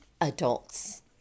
adults